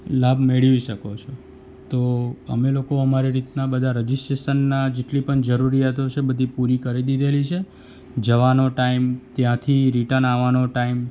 લાભ મેળવી શકો છો તો અમે લોકો અમારા રીતના બધા રજીસ્ટ્રેશનના જેટલી પણ જરૂરીયાતો છે બધી પૂરી કરી દીધેલી છે જવાનો ટાઈમ ત્યાંથી રિટર્ન આવવાનો ટાઈમ